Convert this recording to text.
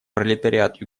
пролетариат